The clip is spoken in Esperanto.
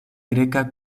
greka